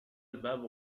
الباب